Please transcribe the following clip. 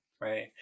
right